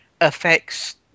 affects